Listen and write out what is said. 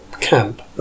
camp